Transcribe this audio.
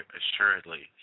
assuredly